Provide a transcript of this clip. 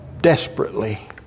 desperately